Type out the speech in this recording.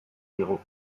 digu